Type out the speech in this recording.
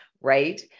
right